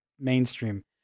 mainstream